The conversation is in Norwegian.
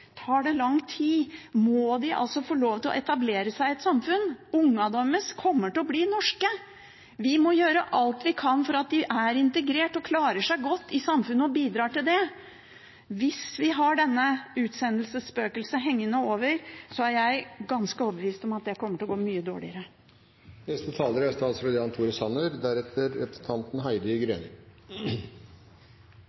lang tid, må de få lov til å etablere seg i et samfunn. Ungene deres kommer til å bli norske. Vi må gjøre alt vi kan for at de blir integrert og klarer seg godt i samfunnet og bidrar til det. Hvis de har dette utsendelsesspøkelset hengende over seg, er jeg ganske overbevist om at det kommer til å gå mye dårligere.